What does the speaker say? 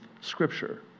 Scripture